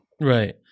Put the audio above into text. Right